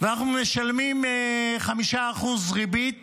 ואנחנו משלמים 5% ריבית